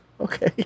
okay